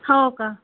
हो का